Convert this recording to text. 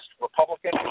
Republican